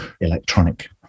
electronic